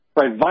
right